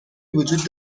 وجود